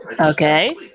Okay